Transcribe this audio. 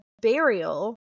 burial